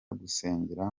gusengera